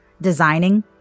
designing